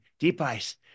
Deepice